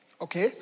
Okay